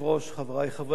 חברי חברי הכנסת,